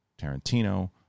Tarantino